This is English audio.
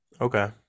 okay